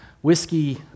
whiskey